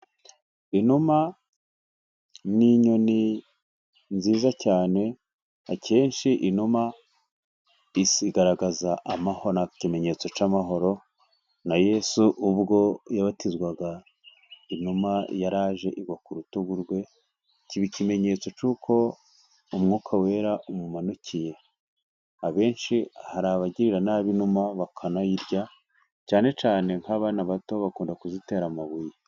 Inuma ni inyoni nziza cyane akenshi inuma igaragaza amaho ni ikimenyetso cy'amahoro. Na Yesu ubwo yabatizwaga inuma yaraje igwa ku rutugu rwe kiba ikimenyetso cy'uko umwuka wera umumanukiye; abenshi hari abagirira nabi inuma bakanayirya cyane cyane nk'abana bato bakunda kuzitera amabuye.